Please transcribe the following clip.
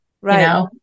right